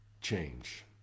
change